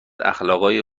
اخلاقای